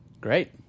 Great